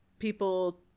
People